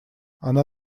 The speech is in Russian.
она